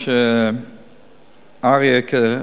אריה,